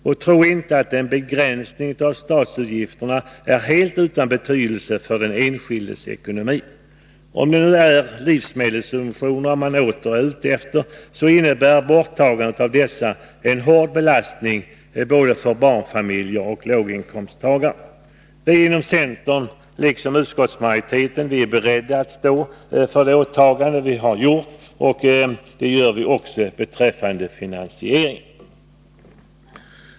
Och tro inte att en begränsning av statsutgifterna är helt utan betydelse för den enskildes ekonomi! Om det nu är livsmedelssubventionerna man åter är ute efter, så innebär ett borttagande av dessa en hård belastning för både barnfamiljer och låginkomsttagare. Vi inom centern är, liksom utskottsmajoriteten, beredda att stå för våra åtaganden, och det gör vi också beträffande finansieringen.